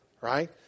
Right